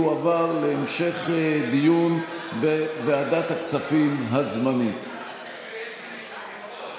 2021, לוועדת הכספים הזמנית נתקבלה.